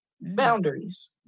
boundaries